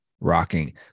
rocking